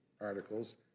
articles